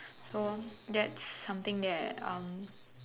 so that's something that um